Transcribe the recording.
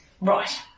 Right